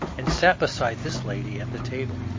and sat beside this lady at the table.